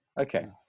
Okay